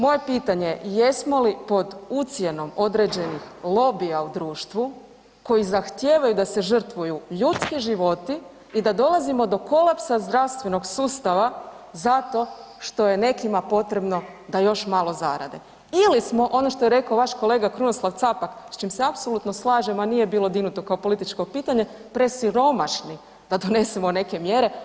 Moje pitanje, jesmo li pod ucjenom određenih lobija u društvu koji zahtijevaju da se žrtvuju ljudski životi i da dolazimo do kolapsa zdravstvenog sustava zato što je nekima potrebno da još malo zarade ili smo ono što je rekao vaš kolega Krunoslav Capak s čim se apsolutno slažem, a nije bilo dignuto kao političko pitanja, presiromašni da donesemo neke mjere?